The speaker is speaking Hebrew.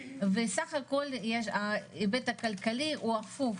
וסך הכול ההיבט הכלכלי הוא הפוך.